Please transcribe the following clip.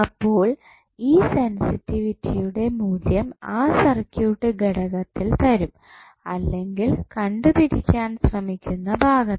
അപ്പോൾ ഇത് സെൻസിറ്റിവിറ്റിയുടെ മൂല്യം ആ സർക്യൂട്ട് ഘടകത്തിൽ തരും അല്ലെങ്കിൽ കണ്ടുപിടിക്കാൻ ശ്രമിക്കുന്ന ഭാഗത്ത്